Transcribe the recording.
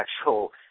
actual